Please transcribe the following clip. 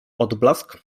odblask